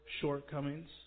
shortcomings